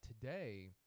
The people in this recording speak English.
today